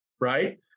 right